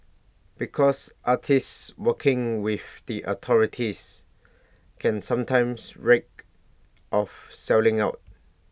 because artists working with the authorities can sometimes reek of selling out